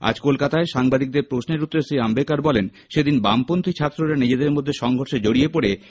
আজ কলকাতায় সাংবাদিকদের প্রশ্নের উত্তরে শ্রী অম্বেকর বলেন সেদিন বামপন্থী ছাত্ররা নিজেদের মধ্যে সংঘর্ষে জড়িয়ে পড়ে